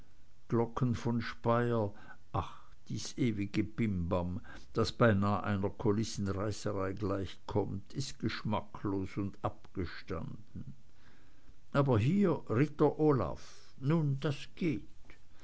glocken von speyer ach dies ewige bim bam das beinah einer kulissenreißerei gleichkommt ist geschmacklos und abgestanden aber hier ritter olaf nun das geht